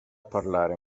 parlare